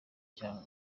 cya